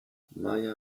maja